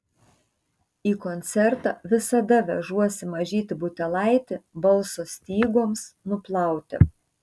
į koncertą visada vežuosi mažytį butelaitį balso stygoms nuplauti